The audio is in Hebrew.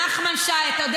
מי זה ג'יבריל רג'וב?